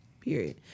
Period